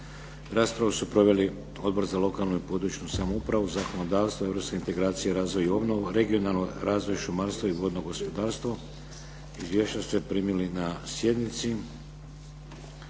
Raspravu su proveli Odbor za lokalnu i područnu samoupravu, zakonodavstvo, europske integracije, razvoj i obnovu, regionalni razvoj, šumarstvo i vodno gospodarstvo. Izvješća ste primili na sjednici.